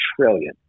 trillion